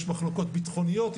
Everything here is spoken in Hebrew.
יש מחלוקות ביטחוניות,